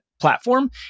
platform